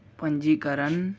पंजीकरण